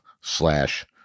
slash